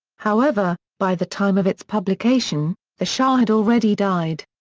however, by the time of its publication, the shah had already died.